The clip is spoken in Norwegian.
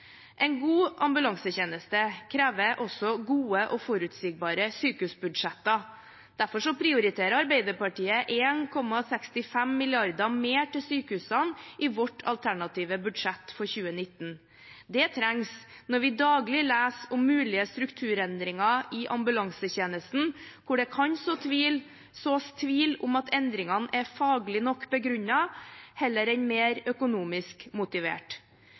En god ambulansetjeneste krever også gode og forutsigbare sykehusbudsjetter. Derfor prioriterer Arbeiderpartiet 1,65 mrd. kr mer til sykehusene i sitt alternative budsjett for 2019. Det trengs, når vi daglig leser om mulige strukturendringer i ambulansetjenesten, hvor det kan sås tvil om hvorvidt endringene er faglig nok begrunnet, heller enn mer økonomisk motivert.